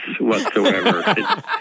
whatsoever